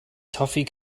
toffee